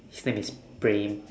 his name is praem